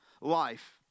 life